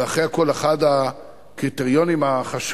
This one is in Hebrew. ואחרי הכול, אחד הקריטריונים החשובים